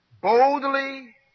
Boldly